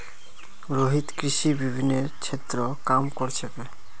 रोहित कृषि विपणनेर क्षेत्रत काम कर छेक